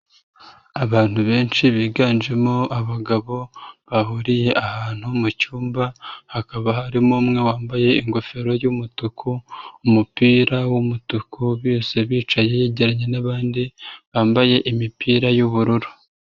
Abantu benshi biganjemo abagabo bahuriye ahantu mu cyumba, hakaba harimo umwe wambaye ingofero y'umutuku, umupira w'umutuku bose bicaye yegeranye nabandi bambaye imipira y'ubururu.